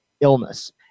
illness